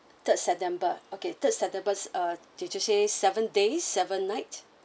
third september okay third september uh did you say seven days seven nights